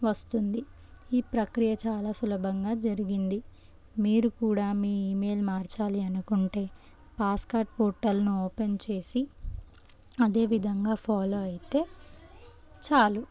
వస్తుంది ఈ ప్రక్రియ చాలా సులభంగా జరిగింది మీరు కూడా మీ ఈమెయిల్ మార్చాలి అనుకుంటే పాస్కార్డ్ పోర్టల్ను ఓపెన్ చేసి అదేవిధంగా ఫాలో అయితే చాలు